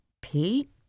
Pete